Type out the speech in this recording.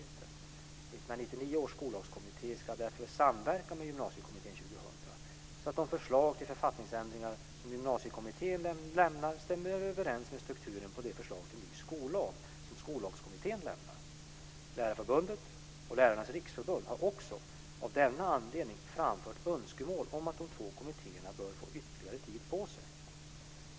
1999 års skollagskommitté ska därför samverka med Gymnasiekommittén 2000 så att de förslag till författningsändringar som Gymnasiekommittén 2000 lämnar stämmer överens med strukturen på det förslag till ny skollag som 1999 års skollagskommitté lämnar. Lärarförbundet och Lärarnas riksförbund har också, av denna anledning, framfört önskemål om att de två kommittéerna bör få ytterligare tid på sig.